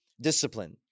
discipline